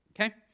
Okay